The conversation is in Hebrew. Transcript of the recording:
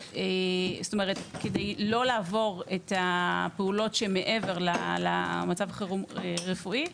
כדי לא לעבור את הפעולות שמעבר למצב חירום רפואי.